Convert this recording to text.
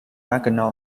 mackinac